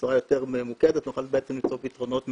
בצורה יותר ממוקדת נוכל למצוא פתרונות ממוקדים.